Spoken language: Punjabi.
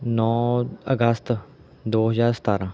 ਨੌਂ ਅਗਸਤ ਦੋ ਹਜ਼ਾਰ ਸਤਾਰ੍ਹਾਂ